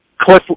Cliff